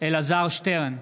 אלעזר שטרן,